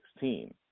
2016